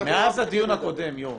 ואנחנו לא --- מאז הדיון הקודם, יורם.